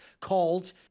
called